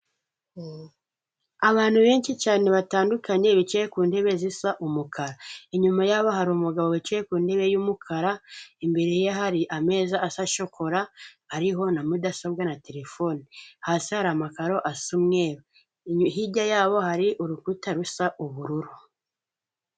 Abantu benshi cyane batandukanye bicaye ku ntebe zisa umukara, inyuma yabo hari umugabo wicaye ku ntebe y'umukara, imbere ye hari ameza asa shokora ariho na mudasobwa na terefone, hasi hari amakaro asa umweru hirya yabo hari urukuta rusa ubururu.